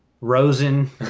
Rosen